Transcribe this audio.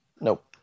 nope